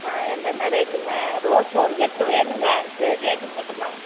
என்னென்ன ரேட்டுங்க ரோஸ் ஒரு கட்டு வேணுங்க சரி ரேட்டு சொல்லுங்க